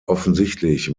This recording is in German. offensichtlich